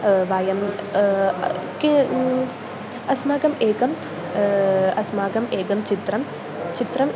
वयम् अस्माकम् एकम् अस्माकम् एकं चित्रं चित्रम्